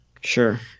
Sure